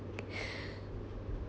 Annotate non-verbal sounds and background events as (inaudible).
(breath)